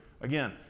Again